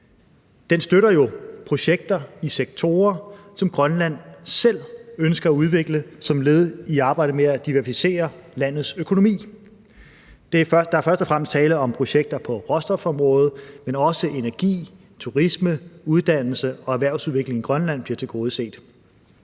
Den støtter jo projekter i sektorer, som Grønland selv ønsker at udvikle som led i arbejdet med at diversificere landets økonomi. Der er først og fremmest tale om projekter på råstofområdet, men også energi, turisme, uddannelse og erhvervsudvikling i Grønland bliver tilgodeset.